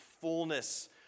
fullness